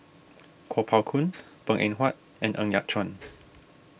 Kuo Pao Kun Png Eng Huat and Ng Yat Chuan